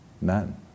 none